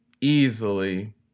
easily